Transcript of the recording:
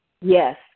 Yes